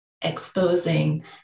exposing